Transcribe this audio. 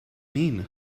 mean